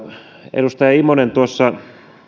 edustaja immonen tuossa